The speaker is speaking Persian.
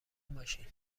باشین